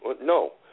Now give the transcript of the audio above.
No